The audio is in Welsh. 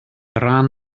ran